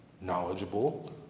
knowledgeable